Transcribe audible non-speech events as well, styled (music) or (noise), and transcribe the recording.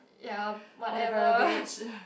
ya whatever (breath)